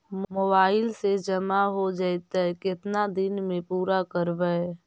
Mobile से जामा हो जैतय, केतना दिन में पुरा करबैय?